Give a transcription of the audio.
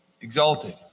exalted